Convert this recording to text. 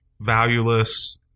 valueless